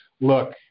look